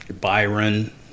byron